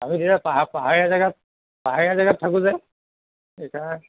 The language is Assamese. আমি এতিয়া পা পাহাৰীয়া জেগাত পাহাৰীয়া জেগাত থাকো যে সেইকাৰণে